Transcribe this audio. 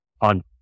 on